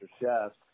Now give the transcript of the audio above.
chefs